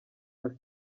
nka